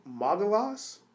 Magalas